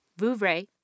Vouvray